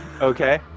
okay